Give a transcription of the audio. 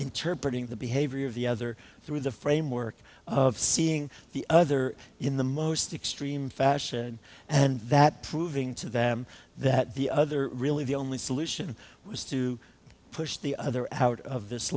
interpret into the behavior of the other through the framework of seeing the other in the most extreme fashion and that proving to them that the other really the only solution was to push the other out of this